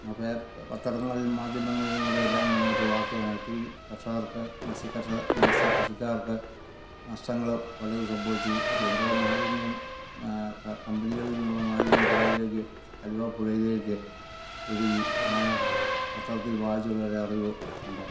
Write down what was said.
അപ്പേ പത്രങ്ങളിലും മാധ്യമങ്ങളിലും കൂടി എല്ലാം വന്നെ ഒരു വാർത്തയാണ് ഒത്തിരി കർഷകർക്ക് മത്സ്യ കർഷക മത്സ്യ കൃഷിക്കാർക്കു നഷ്ടങ്ങളും പലതും സംഭവിച്ചു എന്തോ മാലിന്യം ഫ കമ്പനികളിൽ നിന്നുള്ള മാലിന്യം പുഴയിലേക്ക് ആലുവ പുഴയിലേക്ക് ഒഴുകി അങ്ങനെ പത്രത്തിൽ വായിച്ചുള്ളൊരു അറിവ് ഉണ്ട്